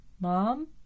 mom